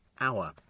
hour